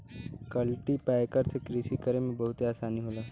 cultipacker से कृषि करे में बहुते आसानी होला